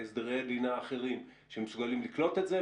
המלונות והסדרי הלינה האחרים שמסוגלים לקלוט את זה,